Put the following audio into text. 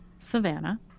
Savannah